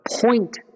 point